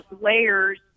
layers